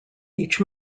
each